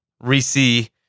Reese